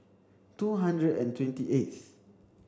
two hundred and twenty eighth